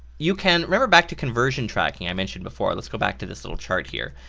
you can, remember back to conversion tracking i mentioned before. lets go back to this little chart here.